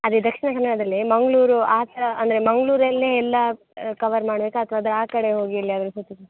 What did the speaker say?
ಅದೇ ದಕ್ಷಿಣ ಕನಡದಲ್ಲೇ ಮಂಗಳೂರು ಆಚೆ ಅಂದರೆ ಮಂಗಳೂರಲ್ಲೇ ಎಲ್ಲ ಕವರ್ ಮಾಡಬೇಕಾ ಅಥವಾ ಅದ್ರ ಆ ಕಡೆ ಹೋಗಿ ಎಲ್ಲಿ ಆದರೂ ಸುತ್ತೋದು